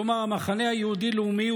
כלומר המחנה היהודי-לאומי,